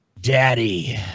Daddy